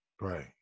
Right